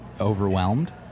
overwhelmed